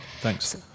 Thanks